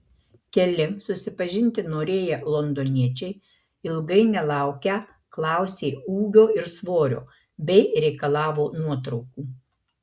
keli susipažinti norėję londoniečiai ilgai nelaukę klausė ūgio ir svorio bei reikalavo nuotraukų